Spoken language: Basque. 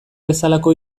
bezalako